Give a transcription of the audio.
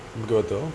bukit batok